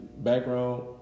background